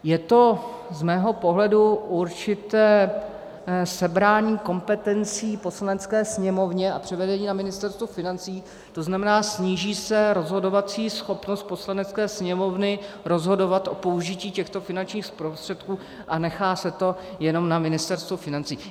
Je to z mého pohledu určité sebrání kompetencí Poslanecké sněmovně a převedení na Ministerstvo financí, tzn. sníží se rozhodovací schopnost Poslanecké sněmovny rozhodovat o použití těchto finančních prostředků a nechá se to jenom na Ministerstvu financí.